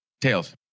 Tails